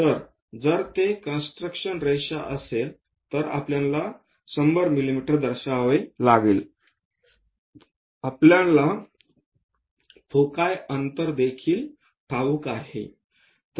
तर जर ते कॉन्स्ट्रुकशन रेषा असेल तर आपल्याला 100 मिमी दर्शवावे लागेल आपल्याला फोकाय अंतर देखील ठाऊक आहे